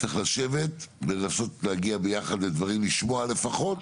צריך לשבת ולנסות להגיע ביחד לדברים, לשמוע לפחות.